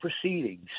proceedings